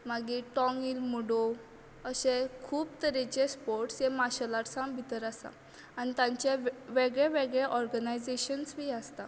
मागीर Tong Il Moodo अशें खूब तरेचे स्पोर्टस ह्या मार्शेल आर्टसान भितून आसा आनी तांचे वेगळे वेगळे ओरगनायजेशन्स बी आसता